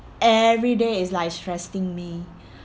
every day is like stressing me